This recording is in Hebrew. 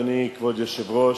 אדוני כבוד היושב-ראש,